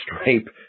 stripe